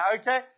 okay